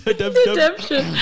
Redemption